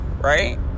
right